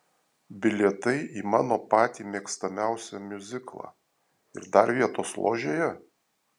bilietai į mano patį mėgstamiausią miuziklą ir dar vietos ložėje